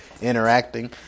interacting